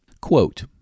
Quote